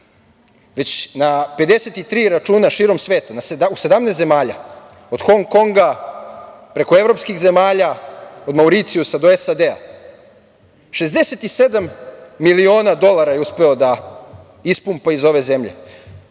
već na 53 računa širom sveta, u 17 zemalja, od Hong Konga, preko evropskih zemalja, od Mauricijusa do SAD, 67 miliona dolara je uspeo da ispumpa iz ove zemlje,